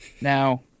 Now